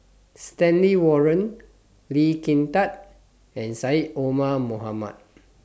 Stanley Warren Lee Kin Tat and Syed Omar Mohamed